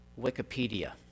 Wikipedia